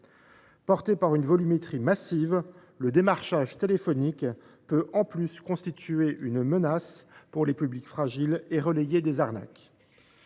Porté par une volumétrie massive, le démarchage téléphonique peut en outre constituer une menace pour les publics fragiles et relayer des arnaques.